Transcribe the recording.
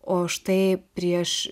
o štai prieš